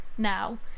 now